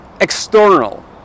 external